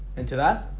into that